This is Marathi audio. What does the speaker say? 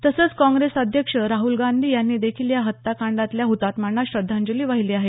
तसंच काँग्रेस अध्यक्ष राहूल गांधी यांनी देखील या हत्याकांडातल्या हुतात्म्यांना श्रद्धांजली वाहिली आहे